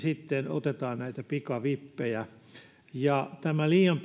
otetaan näitä pikavippejä tästä liian